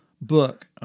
book